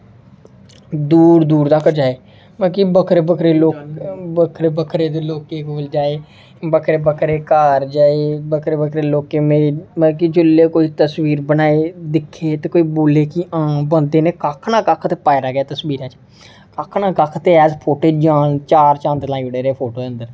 दूर दूर तक जाए ताकि बक्खरे बक्खरे लोक बक्खरे बक्खरे दे लोकें कोल जाए बक्खरे बक्खरे घर जाए बक्खरे बक्खरे लोकें नै मतलब कि जेल्लै कोई तस्वीर बनाई दिक्खे ते कोई बोले कि आं बंदे ने कक्ख ना कक्ख ते पाए दा गै ऐ तस्वीर च कक्ख ना कक्ख ते ऐ फोटो च जान चार चंद लाई ओड़े दे फोटो दे अंदर